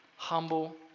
Humble